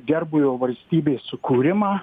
gerbūvio valstybės sukūrimą